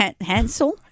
Hansel